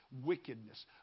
wickedness